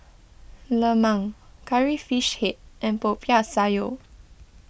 Lemang Curry Fish Head and Popiah Sayur